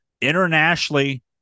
internationally